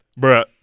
Bruh